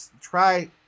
try